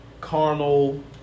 carnal